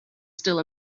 still